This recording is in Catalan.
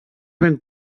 ben